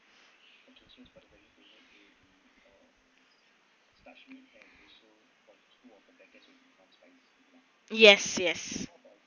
yes yes